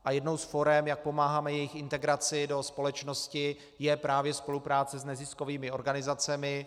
A jednou z forem, jak pomáháme jejich integraci do společnosti, je právě spolupráce s neziskovými organizacemi.